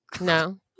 No